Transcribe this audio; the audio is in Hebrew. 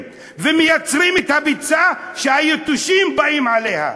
ומייצרים את הביצה שהיתושים באים אליה.